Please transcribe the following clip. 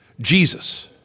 Jesus